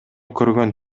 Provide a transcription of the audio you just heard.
көргөн